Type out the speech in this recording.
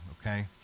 okay